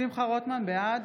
בעד